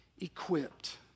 equipped